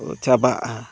ᱪᱟᱵᱟᱜᱼᱟ